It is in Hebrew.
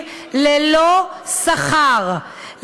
ללא שכר,